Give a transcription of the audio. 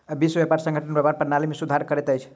विश्व व्यापार संगठन व्यापार प्रणाली में सुधार करैत अछि